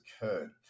occurred